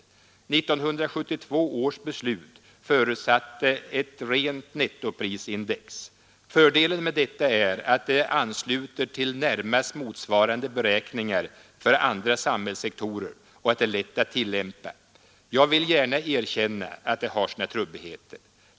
1972 års beslut förutsatte ett rent nettoprisindex. Fördelen med detta är att det ansluter till närmast motsvarande beräkningar för andra samhällssektorer och att det är lätt att tillämpa. Jag vill gärna erkänna att det har sina trubbigheter.